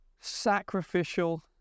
Sacrificial